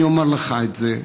אני אומר לך את זה,